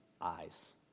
eyes